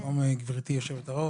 שלום, גברתי היושבת-ראש,